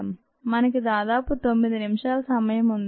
మనకి దాదాపు 9 నిమిషాల సమయం ఉంది